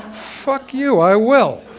fuck you, i will!